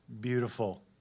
beautiful